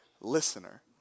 listener